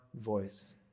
voice